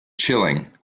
chilling